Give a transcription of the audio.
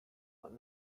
but